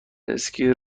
اسکی